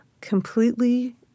completely